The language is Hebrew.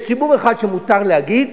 יש ציבור אחד שמותר להגיד